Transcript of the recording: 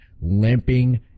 limping